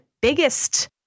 biggest